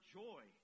joy